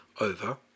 over